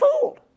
fooled